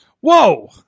whoa